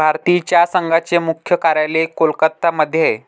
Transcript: भारतीय चहा संघाचे मुख्य कार्यालय कोलकत्ता मध्ये आहे